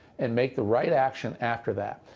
and make the right action after that.